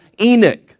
Enoch